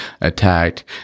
attacked